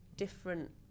Different